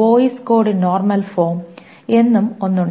boys Codd normal form എന്ന് ഒന്നും ഉണ്ട്